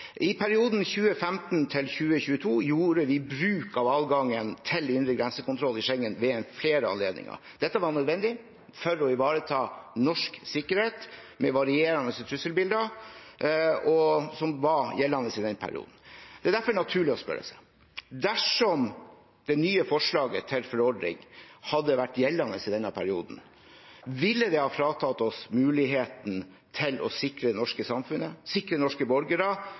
I perioden 2015–2022 gjorde vi bruk av adgangen til indre grensekontroll i Schengen-området ved flere anledninger. Dette var nødvendig for å ivareta norsk sikkerhet, med varierende trusselbilder som var gjeldende i den perioden. Det er derfor naturlig å spørre seg: Dersom det nye forslaget til forordning hadde vært gjeldende i denne perioden, ville det ha fratatt oss muligheten til å sikre det norske samfunnet og sikre norske borgere